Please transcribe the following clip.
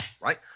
right